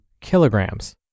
kilograms